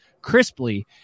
crisply